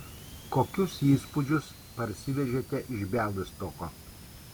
kokius įspūdžius parsivežėte iš bialystoko